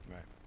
Right